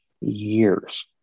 years